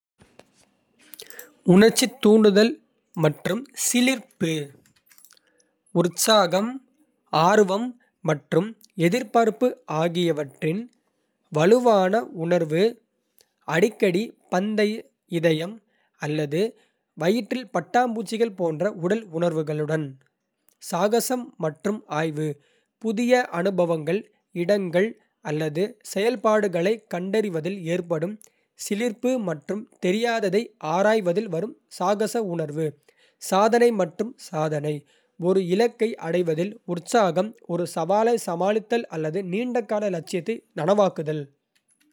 உணர்ச்சித் தூண்டுதல் மற்றும் சிலிர்ப்பு: உற்சாகம், ஆர்வம் மற்றும் எதிர்பார்ப்பு ஆகியவற்றின் வலுவான உணர்வு, அடிக்கடி பந்தய இதயம் அல்லது வயிற்றில் பட்டாம்பூச்சிகள் போன்ற உடல் உணர்வுகளுடன். சாகசம் மற்றும் ஆய்வு: புதிய அனுபவங்கள், இடங்கள் அல்லது செயல்பாடுகளைக் கண்டறிவதில் ஏற்படும் சிலிர்ப்பு மற்றும் தெரியாததை ஆராய்வதில் வரும் சாகச உணர்வு. சாதனை மற்றும் சாதனை ஒரு இலக்கை அடைவதில் உற்சாகம், ஒரு சவாலை சமாளித்தல் அல்லது நீண்டகால லட்சியத்தை நனவாக்குதல்.